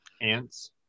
Ants